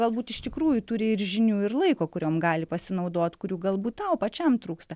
galbūt iš tikrųjų turi ir žinių ir laiko kuriom gali pasinaudot kurių galbūt tau pačiam trūksta